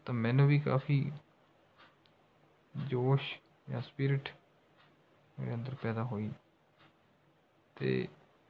ਤਾਂ ਮੈਨੂੰ ਵੀ ਕਾਫੀ ਜੋਸ਼ ਜਾਂ ਸਪਿਰਿਟ ਮੇਰੇ ਅੰਦਰ ਪੈਦਾ ਹੋਈ ਅਤੇ